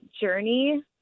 journey